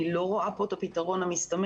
אני לא רואה פה את הפתרון המסתמן.